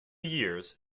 years